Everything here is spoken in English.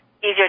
easier